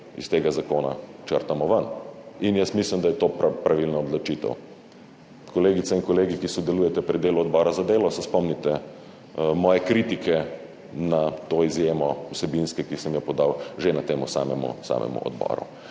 iz tega zakona črtamo ven in jaz mislim, da je to pravilna odločitev. Kolegice in kolegi, ki sodelujete pri delu Odbora za delo, se spomnite moje vsebinske kritike na to izjemo, ki sem jo podal že na samemu odboru.